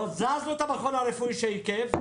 הזזנו את המכון הרפואי שעיכב,